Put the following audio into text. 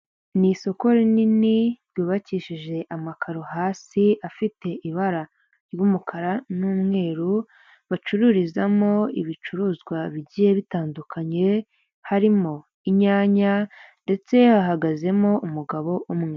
Ni isoko rinini ryubakishije amakaro hasi afite ibara ry'umukara n'umweru, bacururizamo ibicuruzwa bigiye bitandukanye, harimo inyanya ndetse hahagazemo umugabo umwe.